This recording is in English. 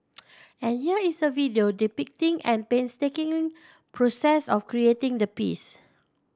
and here is a video depicting an painstaking process of creating the piece